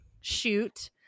shoot